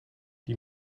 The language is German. die